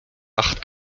acht